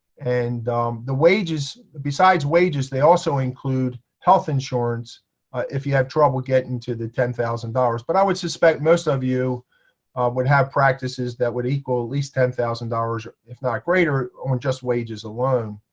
and the wages besides wages, they also include health insurance if you have trouble getting to the ten thousand dollars. but i would suspect most of you would have practices that would equal at least ten thousand dollars, if not greater, on just wages alone.